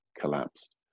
collapsed